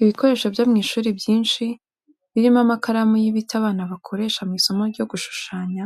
Ibikoresho byo mu ishuri byinshi brimo amakaramu y'ibiti abana bikoresha mu isomo ryo gushushanya,